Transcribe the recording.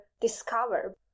discover